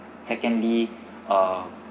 secondly uh